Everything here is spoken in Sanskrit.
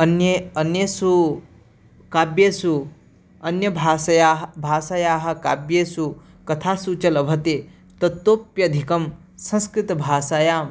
अन्ये अन्येषु काव्येषु अन्यभाषायाः भाषायाः काव्येषु कथासु च लभते ततोप्यधिकं संस्कृतभाषायां